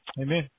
Amen